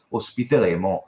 ospiteremo